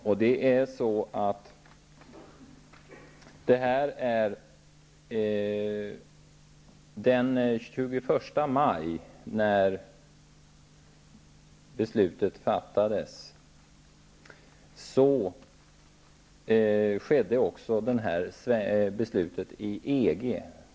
När detta beslut fattades den 21 maj, fattades samma dag ett beslut i EG.